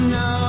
no